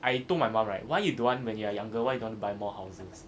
I told my mum right why you don't want when you're younger what you want to buy more houses